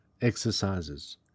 exercises